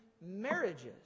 marriages